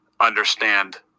understand